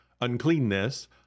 uncleanness